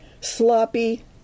sloppy